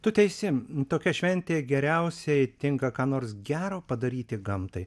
tu teisi tokia šventė geriausiai tinka ką nors gero padaryti gamtai